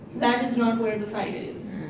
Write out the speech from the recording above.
that is not where the fight is.